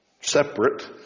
separate